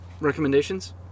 Recommendations